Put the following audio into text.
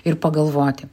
ir pagalvoti